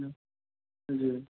हूँ जी